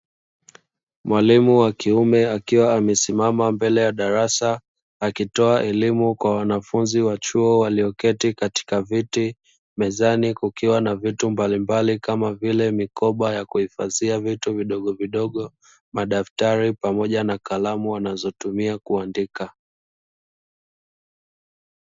Mwalimu wa kiume akiwa amesimama mbele ya darasa akitoa elimu kwa wanafunzi wa chuo walioketi katika viti. Mezani kukiwa na vitu mbalimbali kama vile: mikoba ya kuhifadhia vitu vidogovidogo, madaftari pamoja na kalamu wanazotumia kuandikia.